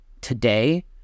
today